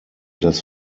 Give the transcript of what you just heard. das